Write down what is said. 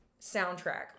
soundtrack